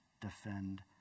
defend